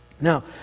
Now